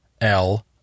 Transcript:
-L